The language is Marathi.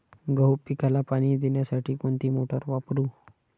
गहू पिकाला पाणी देण्यासाठी कोणती मोटार वापरू?